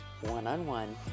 one-on-one